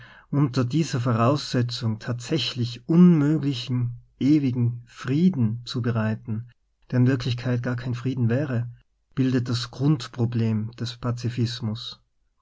unter dieser voraussetzung tatsächlich unmög liehen ewigenfrieden zu bereiten der inwirk lichkeit gar kein frieden wäre bildet das grund problem des pazifismus